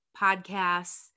podcasts